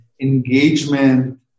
engagement